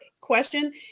question